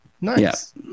Nice